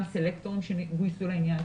גם סלקטורים שגויסו לעניין,